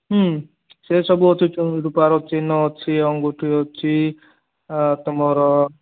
ସେ ସବୁ ଅଛି ରୁପାର ଅଛି ଚେନ୍ ଅଛି ଅଙ୍ଗୁଠି ଅଛି ତମର